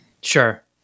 Sure